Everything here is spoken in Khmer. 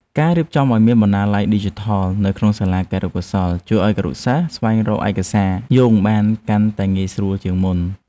ការរៀបចំឱ្យមានបណ្ណាល័យឌីជីថលនៅក្នុងសាលាគរុកោសល្យជួយឱ្យគរុសិស្សអាចស្វែងរកឯកសារយោងបានកាន់ តែងាយស្រួលជាងមុន។